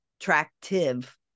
attractive